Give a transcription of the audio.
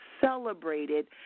celebrated